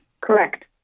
Correct